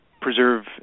preserve